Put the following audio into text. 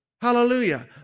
Hallelujah